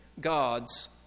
God's